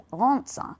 answer